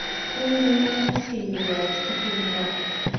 plainly asking the world to pull him back.